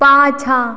पाछाँ